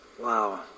Wow